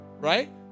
Right